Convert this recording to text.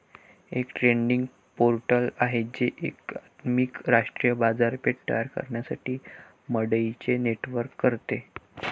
एक trading portal आहे जे एकात्मिक राष्ट्रीय बाजारपेठ तयार करण्यासाठी मंडईंचे नेटवर्क करते